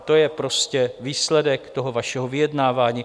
To je prostě výsledek toho vašeho vyjednávání.